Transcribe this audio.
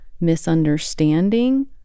misunderstanding